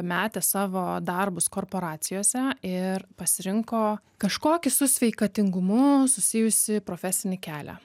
metė savo darbus korporacijose ir pasirinko kažkokį su sveikatingumu susijusį profesinį kelią